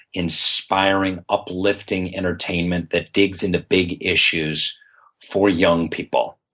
inspiring, uplifting, entertainment that digs into big issues for young people,